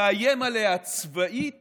לאיים עליה צבאית